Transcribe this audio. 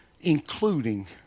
including